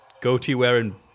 goatee-wearing